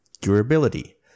Durability